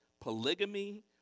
polygamy